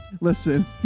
listen